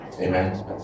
Amen